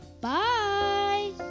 Bye